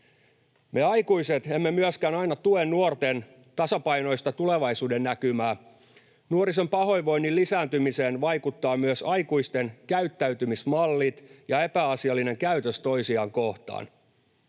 Me aikuiset emme myöskään aina tue nuorten tasapainoista tulevaisuudennäkymää. Nuorison pahoinvoinnin lisääntymiseen vaikuttavat myös aikuisten käyttäytymismallit ja epäasiallinen käytös toisiaan kohtaan.